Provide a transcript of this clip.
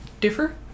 differ